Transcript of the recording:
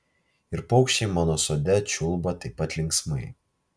ir paukščiai mano sode čiulba taip pat linksmai